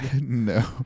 No